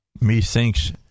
Methinks